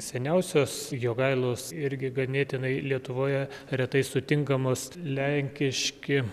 seniausios jogailos irgi ganėtinai lietuvoje retai sutinkamos lenkiški